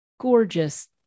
gorgeous